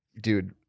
Dude